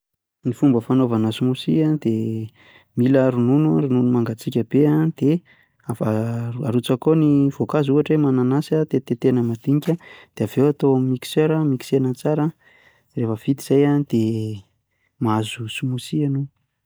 Ny fomba fanaovana smoothie a, de mila ronono ronono mangatsiaka be, de ava- arotsaka ao ny voankazo ohatra hoe mananasy tetitetehana madinika de aveo atao amin'ny mixera mixena tsara de refa vita zay a de mahazo smoothie enao.